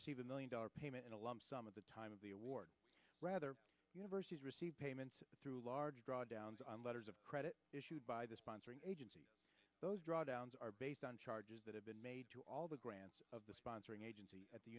receive a million dollar payment in a lump sum of the time of the award rather universities receive payments through large drawdowns on letters of credit issued by the sponsoring agency those drawdowns are based on charges that have been made to all the grants of the sponsoring agency at the